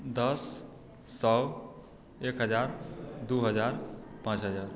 दस सए एक हजार दू हजार पाँच हजार